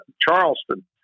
Charleston